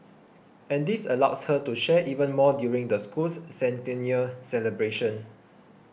and this allows her to share even more during the school's centennial celebrations